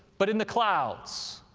but in the clouds.